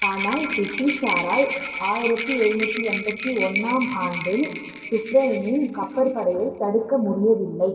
ஆனால் பிரிட்டிஷாரால் ஆயிரத்தி எழுநூற்றி எண்பத்தி ஒன்றாம் ஆண்டில் சுஃப்ரெனின் கப்பற்படையைத் தடுக்க முடியவில்லை